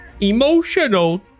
Emotional